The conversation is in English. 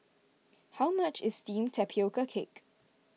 how much is Steamed Tapioca Cake